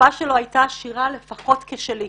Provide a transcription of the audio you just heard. השפה שלו הייתה עשירה לפחות כשלי,